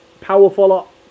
powerful